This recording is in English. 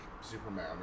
Superman